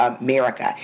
America